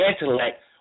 intellect